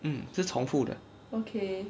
mm 是重复的